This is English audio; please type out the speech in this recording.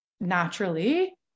naturally